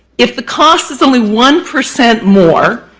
if the cost is only one percent more,